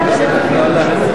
כי שר הפנים,